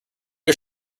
are